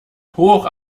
hoch